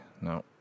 No